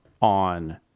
on